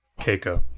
Keiko